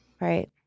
Right